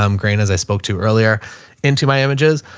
um grain as i spoke to earlier into my images.